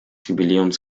jubiläums